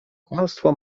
kłamstwo